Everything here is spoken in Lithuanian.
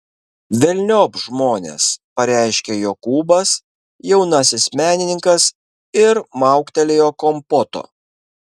velniop žmones pareiškė jokūbas jaunasis menininkas ir mauktelėjo kompoto